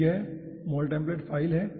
तो यह Moltemplate file है